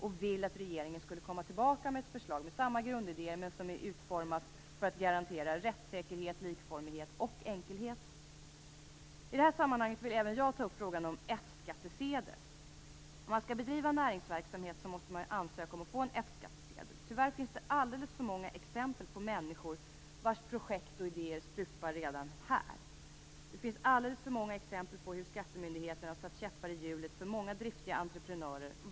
Vi vill att regeringen skall komma tillbaka med ett förslag med samma grundidéer men utformat för att garantera rättssäkerhet, likformighet och enkelhet. I detta sammanhang vill även jag ta upp frågan om F-skattsedel. Tyvärr finns det alldeles för många exempel på människor vars idéer stupar redan här. Det finns alldeles för många exempel på hur skattemyndigheter har satt käppar i hjulen för många driftiga entreprenörer.